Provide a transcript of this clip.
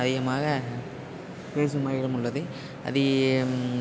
அதிகமாக பேசும் வகையிலும் உள்ளது அது